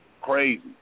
crazy